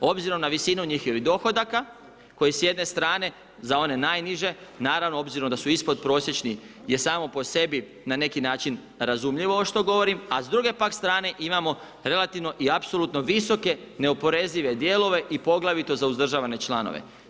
Obzirom na visinu njihovih dohodaka koji s jedne stane za one najniže naravno obzirom da su ispod prosječnih je samo po sebi na neki način razumljivo ovo što govorim, a s druge pak strane imamo relativno i apsolutno visoke neoporezive dijelove i poglavito za uzdržavane članove.